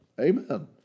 Amen